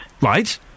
Right